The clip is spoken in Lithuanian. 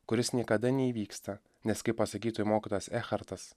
kuris niekada neįvyksta nes kaip pasakytų mokytojas echartas